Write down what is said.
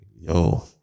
Yo